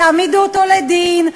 תעמידו אותו לדין,